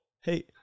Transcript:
Hey